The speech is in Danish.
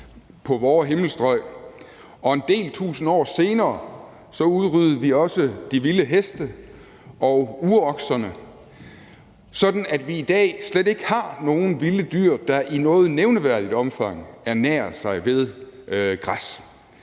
vore himmelstrøg, og en del tusind år senere udryddede vi også de vilde heste og urokserne, sådan at vi i dag slet ikke har nogen vilde dyr, der i noget nævneværdigt omfang ernærer sig ved græs.